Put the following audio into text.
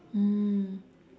mm